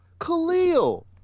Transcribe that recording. Khalil